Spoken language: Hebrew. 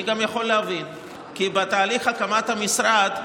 אני גם יכול להבין כי בתהליך הקמת המשרד,